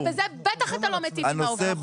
ובזה בטח אתה לא מיטיב עם העובדים.